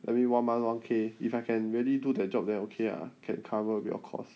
I mean one month one K if I can really do that job then okay ah can cover a bit of cost